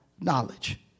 knowledge